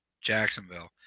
Jacksonville